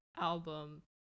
album